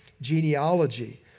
Genealogy